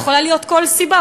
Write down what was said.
זאת יכולה להיות כל סיבה,